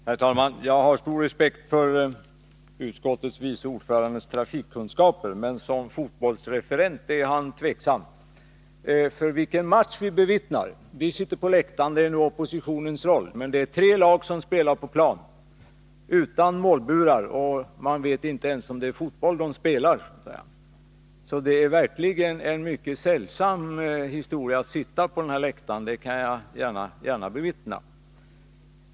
Herr talman! Jag har stor respekt för utskottets vice ordförande när det gäller hans trafikkunskaper, men jag tvivlar på hans förmåga som fotbollsreferent. Vilken match vi som sitter på läktaren bevittnar! Men det är nu oppositionens roll. Det är tre lag som spelar på planen — utan målburar, och vi vet inte ens om det är fotboll de spelar, så det är verkligen en sällsam upplevelse att sitta på den här läktaren, det intygar jag gärna.